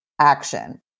action